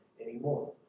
anymore